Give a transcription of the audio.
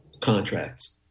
contracts